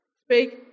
speak